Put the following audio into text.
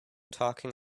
talking